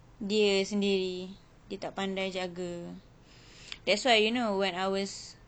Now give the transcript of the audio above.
dia sendiri dia tak pandai jaga that's why you know when I was